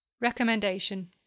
Recommendation